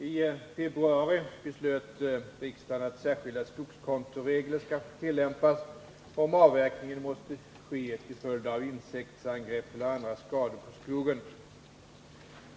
I februari beslöt riksdagen att särskilda skogskontoregler skall få tillämpas, om avverkning måste ske till följd av insektsangrepp eller andra skador på skogen.